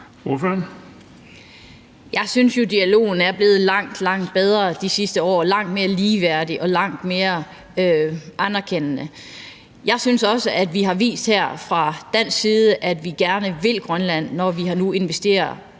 Jeg synes jo, at dialogen er blevet langt, langt bedre de sidste år – langt mere ligeværdig og langt mere anerkendende. Jeg synes også, at vi har vist her fra dansk side, at vi gerne vil Grønland, når vi nu har investeret